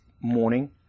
morning